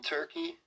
Turkey